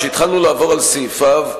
כשהתחלנו לעבור על סעיפיו,